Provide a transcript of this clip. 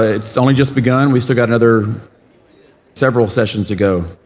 ah it's only just begun. we've still got another several sessions to go.